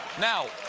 now,